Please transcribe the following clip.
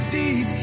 deep